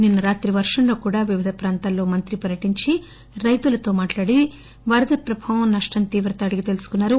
నిన్స రాత్రి వర్షం లో కూడా వివిధ ప్రాంతాల్లో మంత్రి పర్యటించి రైతులతో మాట్లాడి వరద ప్రభావం నష్ల తీవ్రతను అడిగి తెలుసుకున్నారు